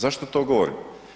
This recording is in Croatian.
Zašto to govorim?